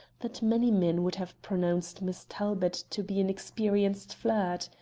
that many men would have pronounced miss talbot to be an experienced flirt.